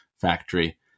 factory